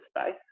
space